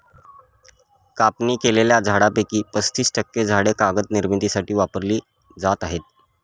कापणी केलेल्या झाडांपैकी पस्तीस टक्के झाडे कागद निर्मितीसाठी वापरली जात आहेत